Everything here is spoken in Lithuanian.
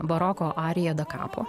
baroko arija da kapo